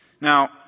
Now